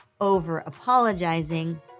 over-apologizing